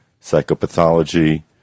psychopathology